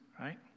right